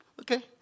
Okay